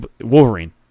Wolverine